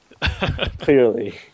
clearly